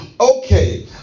okay